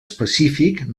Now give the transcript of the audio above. específic